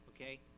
Okay